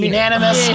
Unanimous